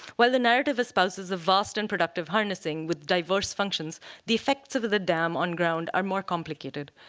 where the narrative espouses a vast and productive harnessing with diverse functions, the effects of the dam on ground are more complicated.